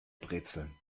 brezeln